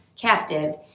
captive